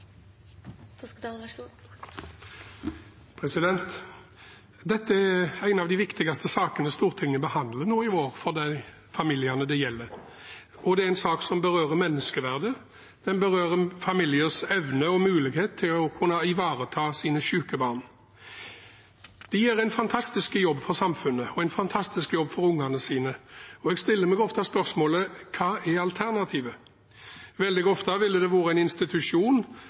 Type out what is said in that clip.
en av de viktigste sakene Stortinget behandler nå i vår, for de familiene det gjelder. Det er en sak som berører menneskeverdet, og den berører familiers evne og mulighet til å kunne ivareta sine syke barn. De gjør en fantastisk jobb for samfunnet og en fantastisk jobb for ungene sine, og jeg stiller meg ofte spørsmålet: Hva er alternativet? Veldig ofte ville det vært en institusjon,